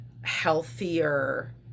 healthier